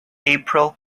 april